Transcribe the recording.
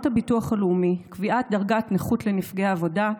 הביטוח הלאומי (קביעת דרגת נכות לנפגעי עבודה),